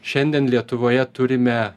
šiandien lietuvoje turime